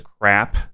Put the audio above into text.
crap